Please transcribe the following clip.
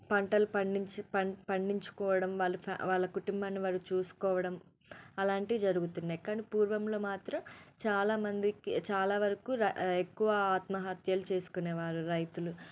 పంటల్ పండించు పం పండించుకోవడం వాళ్ళ ఫ్యా వాళ్ళ కుటుంబాన్ని వారు చూసుకోవడం అలాంటివి జరుగుతున్నాయి కానీ పూర్వంలో మాత్ర చాలామందికి చాలా వరకు ఎక్కువ ఆత్మహత్యలు చేసుకునేవారు రైతులు